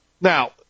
Now